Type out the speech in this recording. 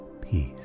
peace